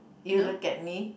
you look at me